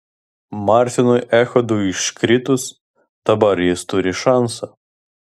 martynui echodui iškritus dabar jis turi šansą